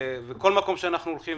בכל מקום אליו אנחנו הולכים,